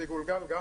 זה יגולגל גם